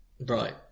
Right